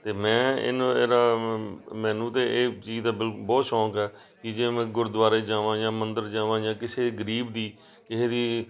ਅਤੇ ਮੈਂ ਇਹਨੂੰ ਇਹਦਾ ਮੈਨੂੰ ਤਾਂ ਇਹ ਚੀਜ਼ ਦਾ ਬਿਲ ਬਹੁਤ ਸ਼ੌਂਕ ਹੈ ਕਿ ਜੇ ਮੈਂ ਗੁਰਦੁਆਰੇ ਜਾਵਾਂ ਜਾਂ ਮੰਦਰ ਜਾਵਾਂ ਜਾਂ ਕਿਸੇ ਗਰੀਬ ਦੀ ਕਿਸੇ ਦੀ